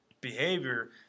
behavior